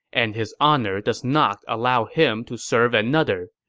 and his honor does not allow him to serve another.